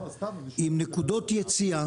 עם נקודות יציאה,